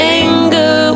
anger